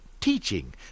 teaching